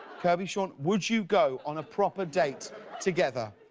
kirby, sean, would you go on a proper date together?